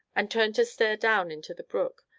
and turned to stare down into the brook,